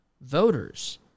voters